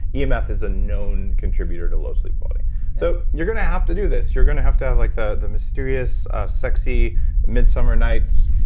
emf is a known contributor to low sleep quality so you're going to have to do this. you're going to have to have like the the mysterious sexy mid-summer nights.